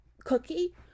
Cookie